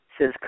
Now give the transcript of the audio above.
says